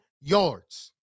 yards